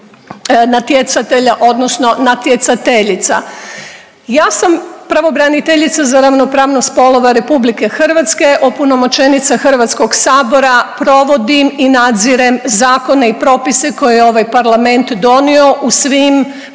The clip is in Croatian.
natjecatelja, odnosno natjecateljica. Ja sam pravobraniteljica za ravnopravnost spolova Republike Hrvatske, opunomoćenica Hrvatskog sabora. Provodim i nadzirem zakone i propise koje je ovaj Parlament donio u svim